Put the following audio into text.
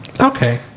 okay